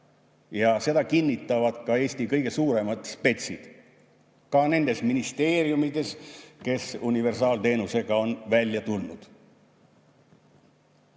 ja seda kinnitavad ka Eesti kõige suuremad spetsid, ka nendes ministeeriumides, kes universaalteenusega on välja tulnud.